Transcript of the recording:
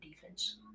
defense